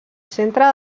centre